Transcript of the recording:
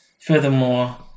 Furthermore